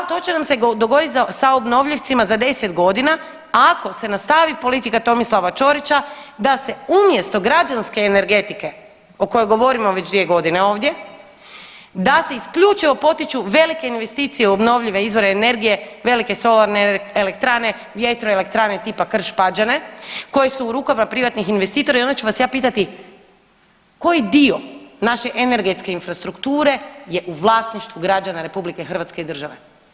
Ta, to će nam se dogoditi sa obnovljivcima za 10 godina ako se nastavi politika Tomislava Čorića da se umjesto građanske energetike o kojoj govorimo već 2 godine ovdje, da se isključivo potiču velike investicije u obnovljive izvore energije, velike solarne elektrane, vjetroelektrane tipa Krš Pađene koje su rukama privatnih investitora i onda ću vaj ja pitati koji dio naše energetske infrastrukture je u vlasništvu građana RH i države.